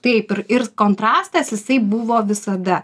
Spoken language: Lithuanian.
taip ir ir kontrastas jisai buvo visada